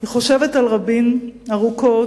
אני חושבת על רבין ארוכות,